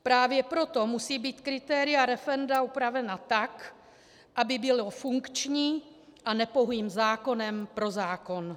Právě proto musí být kritéria referenda upravena tak, aby bylo funkční, a ne pouhým zákonem pro zákon.